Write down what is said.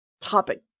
Topic